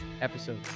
episode